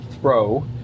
throw